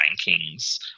rankings